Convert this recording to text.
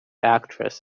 actress